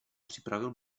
připravil